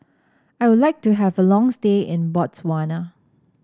I would like to have a long stay in Botswana